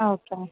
ആ ഓക്കെ മാം